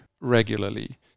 regularly